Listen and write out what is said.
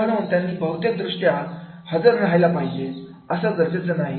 तर म्हणून त्यांनी बहुतेक दृष्ट्या हजर राहायला पाहिजे असं गरजेचे नाही